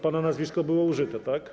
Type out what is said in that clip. Pana nazwisko było użyte, tak?